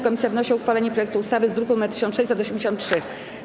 Komisja wnosi o uchwalenie projektu ustawy z druku nr 1683.